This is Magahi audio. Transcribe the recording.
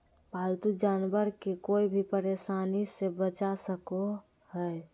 पालतू जानवर के कोय भी परेशानी से बचा सको हइ